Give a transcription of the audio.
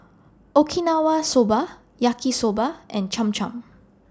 Okinawa Soba Yaki Soba and Cham Cham